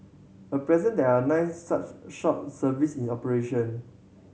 at present there are nine such short service in operation